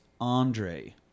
Andre